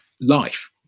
life